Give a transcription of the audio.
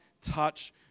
touch